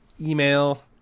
email